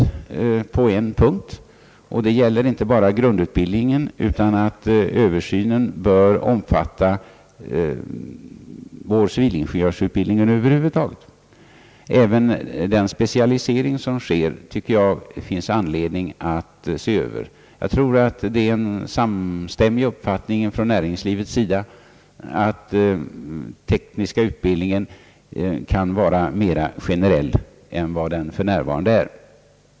Översynen bör enligt min uppfattning inte bara omfatta grundutbildningen utan civilingenjörsutbild ningen över huvud taget, således även den specialisering som sker. Inom näringslivet har man allmänt den uppfattningen att den tekniska utbildningen skulle kunna vara mera generell än den för närvarande är.